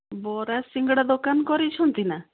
ବରା ସିଙ୍ଗଡ଼ା ଦୋକାନ କରିଛନ୍ତି ନା